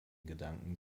gedanken